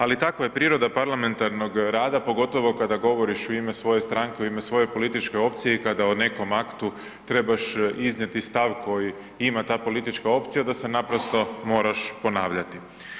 Ali takva je priroda parlamentarnog rada, pogotovo kada govoriš u ime svoje strane, u ime svoje političke opcije i kada o nekom aktu trebaš iznijeti stav koji ima ta politička opcija da se naprosto moraš ponavljati.